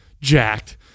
jacked